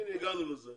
הנה, הגענו לזה.